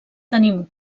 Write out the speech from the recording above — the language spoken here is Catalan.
tenim